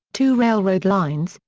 two railroad lines,